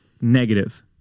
negative